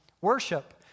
worship